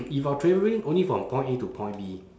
if I'm traveling only from point A to point B